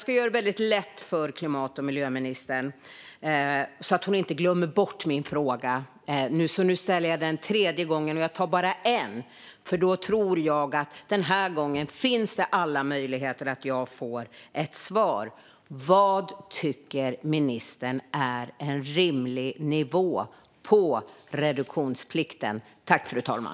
Jag ska göra det väldigt lätt för klimat och miljöministern, så att hon inte glömmer bort min fråga, som jag nu ställer för tredje gången. Jag ställer bara en fråga, för då tror jag att alla möjligheter finns att jag den här gången får ett svar. Vad tycker ministern är en rimlig nivå på reduktionsplikten?